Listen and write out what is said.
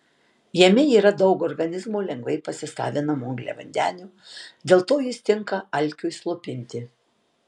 jame yra daug organizmo lengvai pasisavinamų angliavandenių dėl to jis tinka alkiui slopinti